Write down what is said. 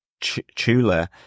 Chula